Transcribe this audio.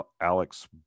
Alex